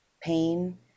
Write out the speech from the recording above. pain